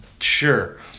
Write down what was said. Sure